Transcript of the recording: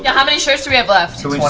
yeah how many shirts do yeah but